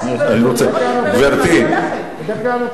אני נותן לשרים לדבר ראשונים ביום,